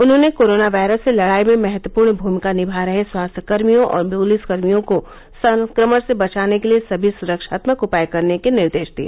उन्होंने corona virus से लडाई में महत्वपूर्ण भूमिका निभा रहे स्वास्थ्यकर्मियों और पुलिसकर्मियों को संक्रमण से बचाने के लिए सभी सुरक्षात्मक उपाय करने के निर्देश दिए